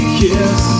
kiss